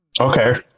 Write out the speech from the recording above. Okay